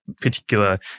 particular